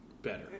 Better